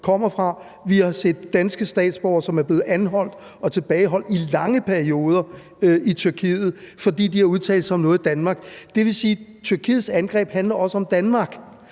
kommer fra – og vi har set danske statsborgere, som er blevet anholdt og tilbageholdt i lange perioder i Tyrkiet, fordi de har udtalt sig om noget i Danmark. Det vil sige, at Tyrkiets angreb også handler om Danmark,